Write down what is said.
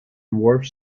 dwarf